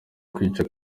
kwica